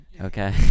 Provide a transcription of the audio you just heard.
Okay